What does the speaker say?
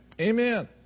Amen